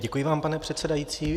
Děkuji vám, pane předsedající.